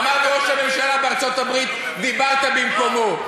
אמרנו, ראש הממשלה בארצות-הברית, דיברת במקומו.